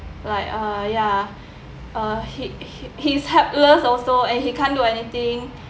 like uh ya uh he he he's helpless also and he can't do anything